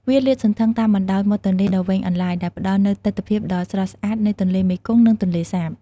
វាលាតសន្ធឹងតាមបណ្ដោយមាត់ទន្លេដ៏វែងអន្លាយ ដែលផ្ដល់នូវទិដ្ឋភាពដ៏ស្រស់ស្អាតនៃទន្លេមេគង្គ និងទន្លេសាប។